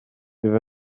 bydd